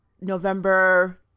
November